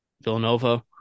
Villanova